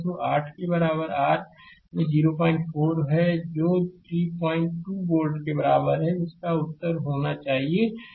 तो 8 के बराबर r में 04 है जो 32 वोल्ट के बराबर है जिसका उत्तर होना चाहिए